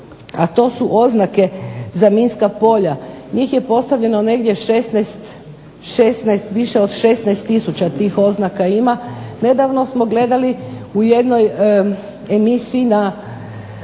a to su oznake za minska polja. Njih je postavljeno negdje 16, više od 16000 tih oznaka ima. Nedavno smo gledali u jednoj emisiji u